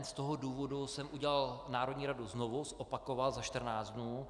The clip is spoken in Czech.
Z tohoto důvodu jsem udělal národní radu znovu, zopakoval za 14 dnů.